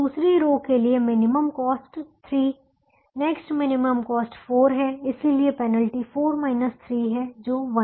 दूसरी रो के लिए minimum cost 3 next minimum cost 4 है इसलिए पेनल्टी 4 3 है जो 1